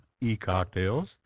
e-cocktails